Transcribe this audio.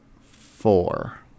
four